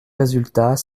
résultats